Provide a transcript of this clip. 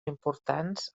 importants